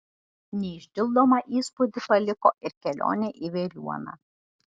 neišdildomą įspūdį paliko ir kelionė į veliuoną